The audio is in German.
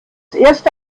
erste